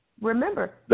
remember